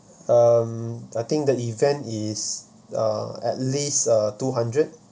um I think the event is uh at least uh two hundred